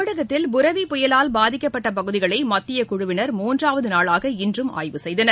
தமழகத்தில் புரவி புயலால் பாதிக்கப்பட்ட பகுதிகளை மத்தியக்குழுவினர் மூன்றாவது நாளாக இன்றும் ஆய்வு செய்தனர்